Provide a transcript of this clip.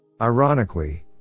Ironically